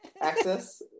access